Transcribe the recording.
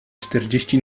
czterdzieści